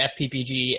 FPPG